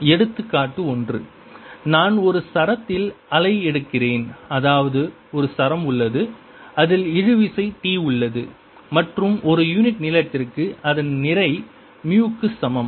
∂x±1v∂t 2x21v22t2 2fx21v22ft2 எடுத்துக்காட்டு 1 நான் ஒரு சரத்தில் அலை எடுக்கிறேன் அதாவது ஒரு சரம் உள்ளது அதில் இழுவிசை T உள்ளது மற்றும் ஒரு யூனிட் நீளத்திற்கு அதன் நிறை மு க்கு சமம்